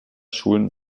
schulen